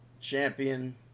champion